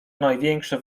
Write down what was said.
największe